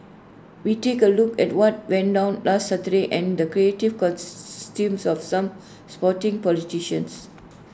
we take A look at what went down last Saturday and the creative of some sporting politicians